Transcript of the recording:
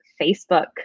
Facebook